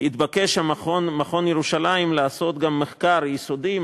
התבקש מכון ירושלים לעשות גם מחקר יסודי,